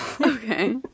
okay